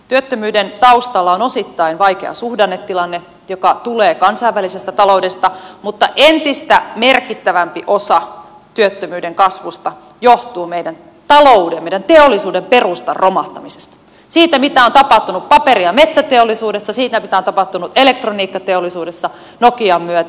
työttömyyden taustalla on osittain vaikea suhdannetilanne joka tulee kansainvälisestä taloudesta mutta entistä merkittävämpi osa työttömyyden kasvusta johtuu meidän taloutemme meidän teollisuutemme perustan romahtamisesta siitä mitä on tapahtunut paperi ja metsäteollisuudessa siitä mitä on tapahtunut elektroniikkateollisuudessa nokian myötä